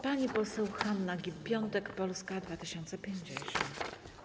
Pani poseł Hanna Gill-Piątek, Polska 2050.